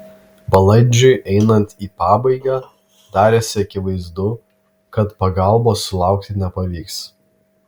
balandžiui einant į pabaigą darėsi akivaizdu kad pagalbos sulaukti nepavyks